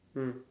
mm